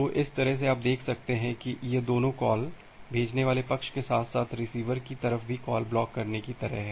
तो इस तरह से आप देख सकते हैं कि यह दोनों कॉल भेजने वाले पक्ष के साथ साथ रिसीवर की तरफ भी कॉल ब्लॉक करने की तरह हैं